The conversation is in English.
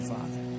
Father